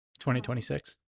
2026